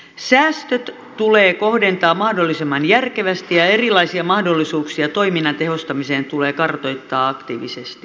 säästöt tulee kohdentaa mahdollisimman järkevästi ja erilaisia mahdollisuuksia toiminnan tehostamiseen tulee kartoittaa aktiivisesti